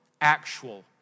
actual